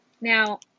now